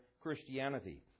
Christianity